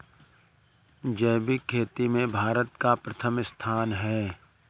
जैविक खेती में भारत का प्रथम स्थान